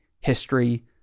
history